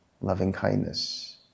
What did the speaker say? loving-kindness